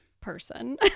person